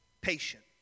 patient